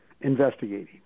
investigating